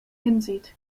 hinsieht